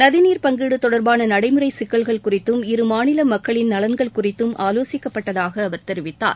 நதிநீர் பங்கீடு தொடர்பான நடைமுறை சிக்கல்கள் குறித்தும் இரு மாநில மக்களின் நலன்கள் குறித்தும் ஆலோசிக்கப்பட்டதாக அவர் தெரிவித்தார்